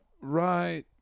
right